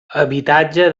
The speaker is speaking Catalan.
habitatge